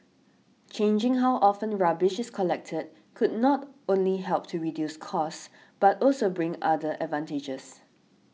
changing how often rubbish is collected could not only help to reduce costs but also bring other advantages